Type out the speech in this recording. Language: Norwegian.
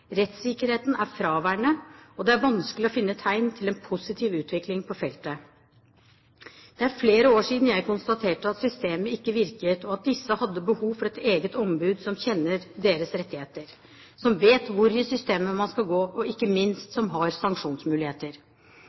Rettssikkerheten er fraværende, og det er vanskelig å finne tegn til en positiv utvikling på feltet. Det er flere år siden jeg konstaterte at systemet ikke virket, og at disse hadde behov for et eget ombud som kjenner deres rettigheter, som vet hvor i systemet man skal gå, og ikke minst – som har sanksjonsmuligheter.